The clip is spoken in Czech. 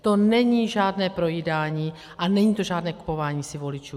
To není žádné projídání a není to žádné kupování si voličů.